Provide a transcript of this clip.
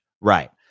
Right